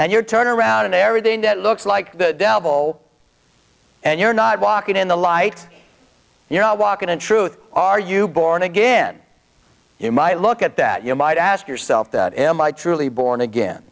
and you're turn around in every day and it looks like the devil and you're not walking in the light you're not walking in truth are you born again you might look at that you might ask yourself that am i truly born again